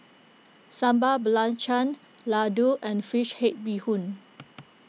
Sambal Belacan Laddu and Fish Head Bee Hoon